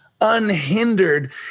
unhindered